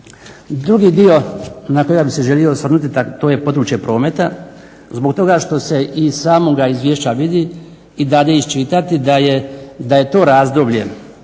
Drugi dio, na kojega bi se želio osvrnuti, to je područje prometa. Zbog toga što se iz samoga Izvješća vidi i dade iščitati da je to razdoblje od